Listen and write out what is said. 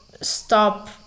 stop